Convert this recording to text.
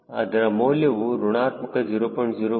ಅದರ ಮೌಲ್ಯವು ಋಣಾತ್ಮಕ 0